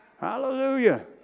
Hallelujah